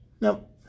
Nope